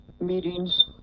meetings